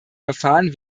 verfahren